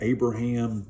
Abraham